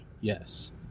Yes